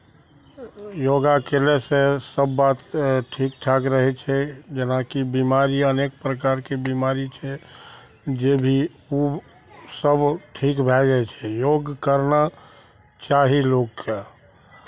योगा कयनेसँ सभ बात ठीक ठाक रहै छै जेनाकि बिमारी अनेक प्रकारके बिमारी छै जे भी ओसभ ठीक भए जाइ छै योग करना चाही लोककेँ